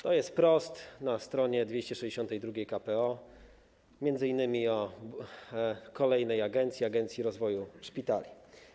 To jest wprost na stronie 262 KPO, m.in. o kolejnej agencji, Agencji Rozwoju Szpitali.